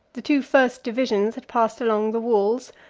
the two first divisions had passed along the walls,